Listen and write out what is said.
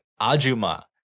Ajuma